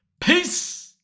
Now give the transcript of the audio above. Peace